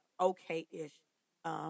okay-ish